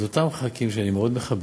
אז אותם ח"כים, שאני מאוד מכבד,